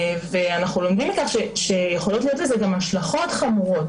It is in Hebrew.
אנחנו לומדים מכך שיכולות להיות לכך גם השלכות חמורות,